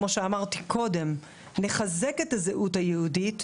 כמו שאמרתי קודם, שככול נחזק את הזהות היהודית,